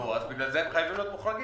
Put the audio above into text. בגלל זה הם חייבים להיות מוכנים.